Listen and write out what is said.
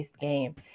game